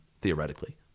theoretically